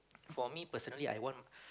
for me personally I want